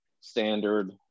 standard